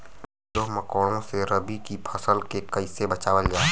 कीड़ों मकोड़ों से रबी की फसल के कइसे बचावल जा?